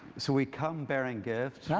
so we come bearing gifts.